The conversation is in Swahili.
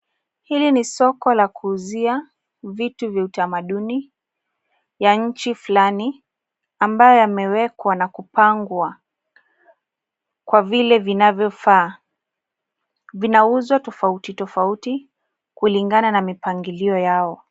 Hili ni soko la kuuzia vitu vya utamduni ya nchi fulani ambayo yamewekwa na kupangwa kwa vile vinavyofaa. Vinauzwa tofauti tofauti kulingana na mipangilio yao.